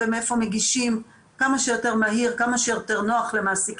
ניתן להגיש בקשות החל משבוע שעבר עד ל-22 במרץ.